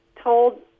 told